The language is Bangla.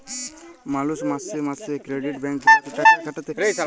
মালুষ মাসে মাসে ক্রেডিট ব্যাঙ্ক গুলাতে টাকা খাটাতে